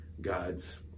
God's